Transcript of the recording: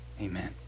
Amen